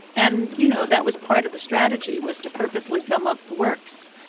and you know that was part of the strategy was to purposely gum up the works.